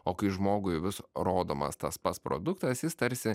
o kai žmogui vis rodomas tas pats produktas jis tarsi